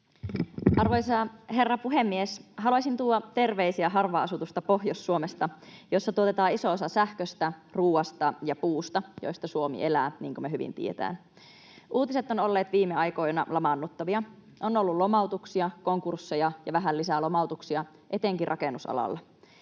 Arvoisa herra puhemies! Haluaisin tuoda terveisiä harvaan asutusta Pohjois-Suomesta, jossa tuotetaan iso osa sähköstä, ruoasta ja puusta, joista Suomi elää, niin kuin me hyvin tiedetään. Uutiset ovat olleet viime aikoina lamaannuttavia. On ollut lomautuksia, konkursseja ja vähän lisää lomautuksia, etenkin rakennusalalla.